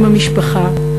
אם המשפחה,